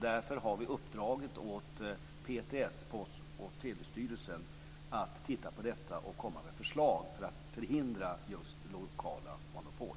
Därför har vi uppdragit åt PTS, Post och telestyrelsen, att titta på detta och komma med förslag för att förhindra just lokala monopol.